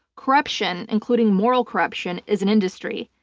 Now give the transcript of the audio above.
corruption, including moral corruption, is an industry.